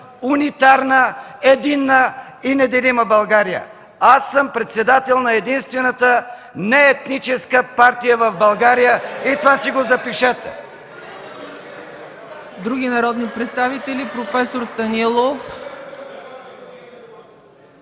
унитарна, единна и неделима България! Аз съм председател на единствената неетническа партия в България! (Възгласи от